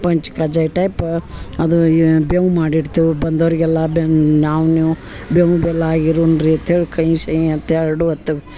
ಪಂಚಕಜ್ಜಾಯ type ಅದು ಬೇವು ಮಾಡಿಡ್ತೇವೆ ಬಂದವರಿಗೆಲ್ಲ ಬೆನ್ ನಾವು ನೀವು ಬೇವು ಬೆಲ್ಲ ಆಗಿರೋಣ್ ರೀ ಅಂತ್ಹೇಳಿ ಕಹಿ ಸಿಹಿ ಅಂತ ಎರಡು ಅತ್ತಗ್